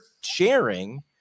sharing